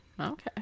okay